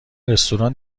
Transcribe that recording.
رستوران